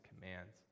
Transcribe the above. commands